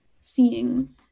seeing